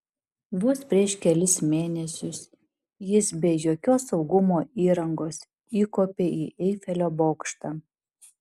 vos prieš kelis mėnesius jis be jokios saugumo įrangos įkopė į eifelio bokštą